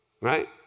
Right